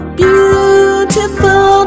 beautiful